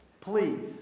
Please